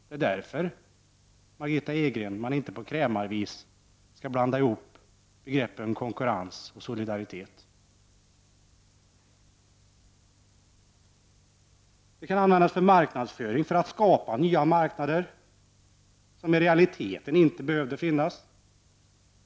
Det är därför, Margitta Edgren, som man inte skall på krämarvis blanda ihop begreppen konkurrens och solidaritet. Högskolepolitiken kan användas för marknadsföring i syfte att skapa nya marknader, som i realiteten inte behöver finnas.